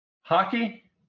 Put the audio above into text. Hockey